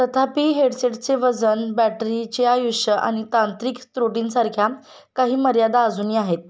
तथापि हेडसेटचे वजन बॅटरीचे आयुष्य आणि तांत्रिक त्रुटींसारख्या काही मर्यादा अजूनही आहेत